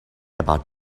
about